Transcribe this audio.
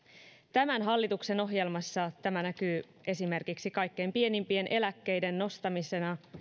tämän hallituksen ohjelmassa tämä näkyy esimerkiksi kaikkein pienimpien eläkkeiden nostamisena